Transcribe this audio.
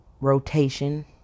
rotation